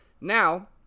Now